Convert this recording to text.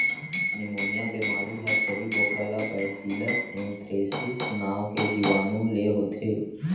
pneumonia बेमारी ह छेरी बोकरा ला बैसिलस एंथ्रेसिस नांव के जीवानु ले होथे